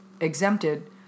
exempted